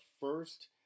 first